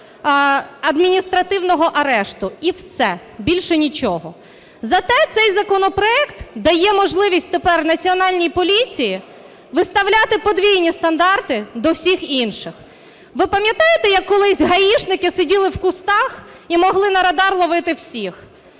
адміністративного арешту і все, більше нічого. Зате цей законопроект дає можливість тепер Національній поліції виставляти подвійні стандарти до всіх інших. Ви пам'ятаєте як колись гаішники сиділи в кущах і могли на радар ловити всіх.